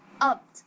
Up